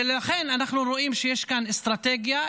ולכן אנחנו רואים שיש כאן אסטרטגיה,